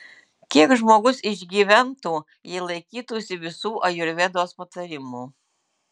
kiek žmogus išgyventų jei laikytųsi visų ajurvedos patarimų